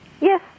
Yes